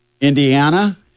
Indiana